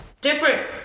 different